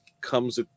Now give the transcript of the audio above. comes